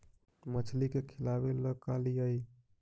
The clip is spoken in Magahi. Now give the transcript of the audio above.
मछली के खिलाबे ल का लिअइ?